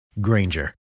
Granger